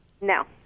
No